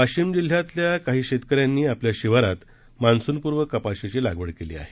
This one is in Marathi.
वाशिम जिल्ह्यातल्या काही शेतकऱ्यांनी आपल्या शिवारात मान्सूनपूर्व कपाशीची लागवड केली आहे